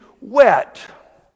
wet